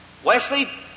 Wesley